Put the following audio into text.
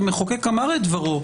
המחוקק אמר את דברו,